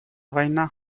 война